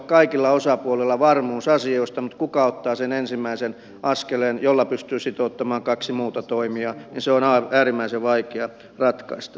kaikilla osapuolilla pitäisi olla varmuus asioista mutta kuka ottaa sen ensimmäisen askeleen jolla pystyy sitouttamaan kaksi muuta toimijaa se on äärimmäisen vaikea ratkaista